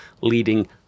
leading